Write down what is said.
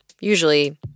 usually